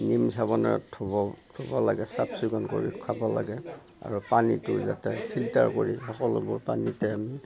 নিম চাবোনেৰে ধুব ধুব লাগে চাফ চিকুণ কৰি খাব লাগে আৰু পানীটো যাতে ফিল্টাৰ কৰি সকলোবোৰ পানীতে